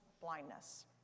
blindness